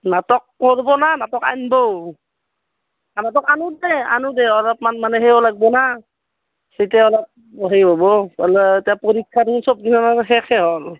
নাটক কৰিব নে নাটক আনিব নাটক আনো দে আনো দে অলপমান মানে সেইও লাগিব না তেতিয়া অলপ সেই হ'ব অলপ এতিয়া পৰীক্ষাটো চব পিনৰ পা শেষে হ'ল